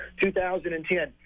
2010